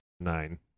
Nine